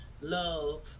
love